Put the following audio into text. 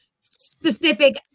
specific